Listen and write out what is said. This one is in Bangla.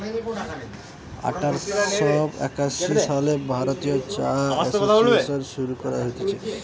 আঠার শ একাশি সালে ভারতীয় চা এসোসিয়েসন শুরু করা হতিছে